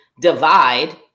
divide